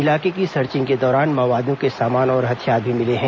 इलाके की सर्चिंग के दौरान माओवादियों के सामान और हथियार भी मिले हैं